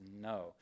no